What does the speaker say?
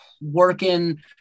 working